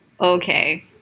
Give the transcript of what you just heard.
Okay